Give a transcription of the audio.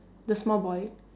the small boy